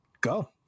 go